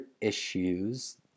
issues